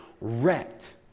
wrecked